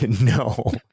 No